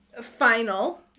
Final